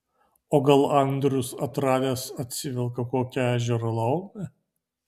o gal andrius atradęs atsivelka kokią ežero laumę